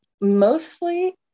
Mostly